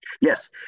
Yes